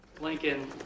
Lincoln